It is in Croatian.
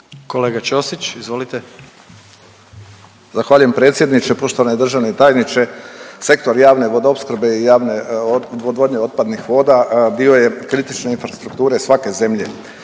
**Ćosić, Pero (HDZ)** Zahvaljujem predsjedniče, poštovani državni tajniče, sektor javne vodoopskrbe i javne odvodnje otpadnih voda dio je kritične infrastrukture svake zemlje.